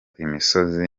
imisozi